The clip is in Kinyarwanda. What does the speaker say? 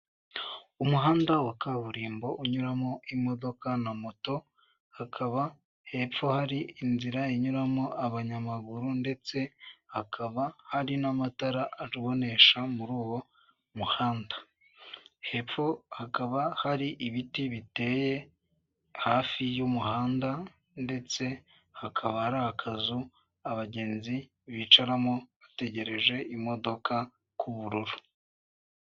Umuhanda wa kaburimbo unyuramo imodoka na moto, hakaba hepfo hari inzira inyuramo abanyamaguru, ndetse hakaba hari n'amatara abonesha muri uwo muhanda, hepfo hakaba hari ibiti biteye hafi y'umuhanda ndetse hakaba hari akazu abagenzi bicaramo bategereje imodoka k'ubururu.